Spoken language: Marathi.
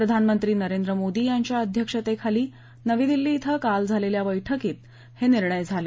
प्रधानमंत्री नरेंद्र मोदी यांच्या अध्यक्षतेखाली नवी दिल्ली ध्वें काल झालेल्या बैठकीत हे निर्णय झाले